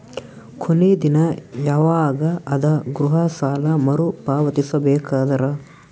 ಕೊನಿ ದಿನ ಯವಾಗ ಅದ ಗೃಹ ಸಾಲ ಮರು ಪಾವತಿಸಬೇಕಾದರ?